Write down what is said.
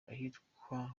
ahitwa